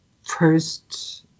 first